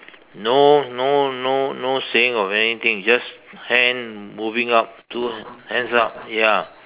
no no no no saying of anything it is just hand moving up two hands up ya